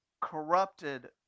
corrupted